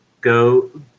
go